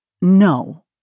No